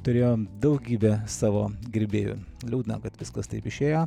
turėjo daugybę savo gerbėjų liūdna kad viskas taip išėjo